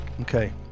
Okay